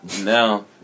Now